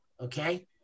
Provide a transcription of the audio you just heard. Okay